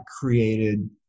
created